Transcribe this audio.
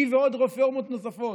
היא ועוד רפורמות נוספות